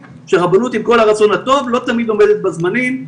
שהרבנות עם כל הרצון טוב לא תמיד עומדת בזמנים.